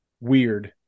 weird